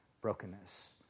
brokenness